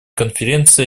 конференции